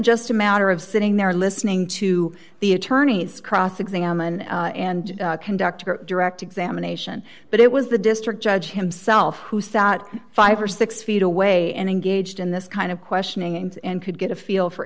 just a matter of sitting there listening to the attorneys cross examined and conduct direct examination but it was the district judge himself who sat five or six feet away and engaged in this kind of questioning and could get a feel for